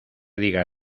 diga